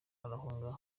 arahunga